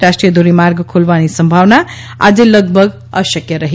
રાષ્ટ્રીય ધોરીમાર્ગ ખુલવાની સંભાવના આજે લગભગ અશક્ય છે